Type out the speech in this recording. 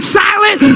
silent